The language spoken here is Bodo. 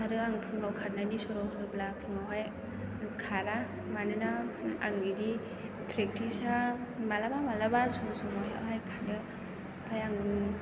आरो आं फुङाव खारनायनि सर' होनोब्ला फुङावहाय खारा मानोना आं बिदि प्रेकटिसा मालाबा मालाबा सम समावहाय खारो ओमफ्राय आङो